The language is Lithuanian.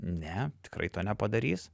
ne tikrai to nepadarys